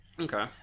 Okay